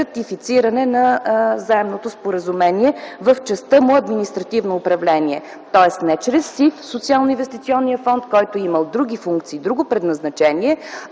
на заемното споразумение в частта му административно управление. Тоест не чрез Социалноинвестиционния фонд, който е имал други функции, друго предназначение,